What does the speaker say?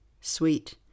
Sweet